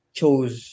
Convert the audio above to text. chose